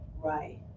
right